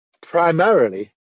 primarily